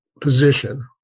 position